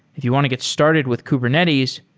if you want to get started with kubernetes,